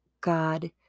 God